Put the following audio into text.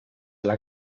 alla